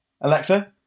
Alexa